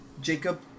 Jacob